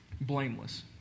Blameless